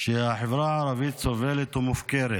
שהחברה הערבית סובלת ומופקרת